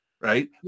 right